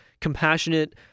compassionate